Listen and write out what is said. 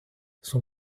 son